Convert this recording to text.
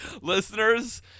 listeners